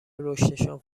رشدشان